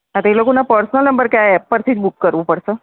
હા તે એ લોકોના પર્સનલ નંબર કે આ એપ પરથી થી જ બૂક કરવું પડશે